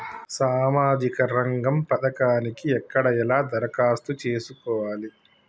సామాజిక రంగం పథకానికి ఎక్కడ ఎలా దరఖాస్తు చేసుకోవాలి?